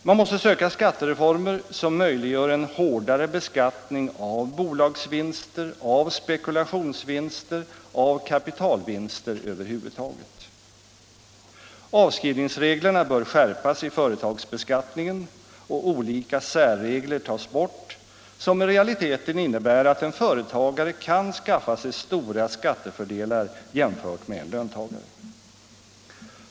Man måste söka skatteformer som möjliggör en hårdare beskattning av bolagsvinster, av spekulationsvinster, av kapitalvinster över huvud taget. Avskrivningsreglerna bör skärpas i företagsbeskattningen och olika särregler tas bort som i realiteten innebär att en företagare kan skaffa sig stora skattefördelar jämfört med en löntagare.